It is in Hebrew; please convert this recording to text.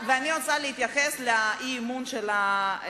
אני רוצה להתייחס להצעת האי-אמון של חברי,